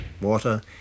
water